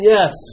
Yes